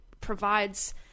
provides